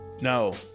no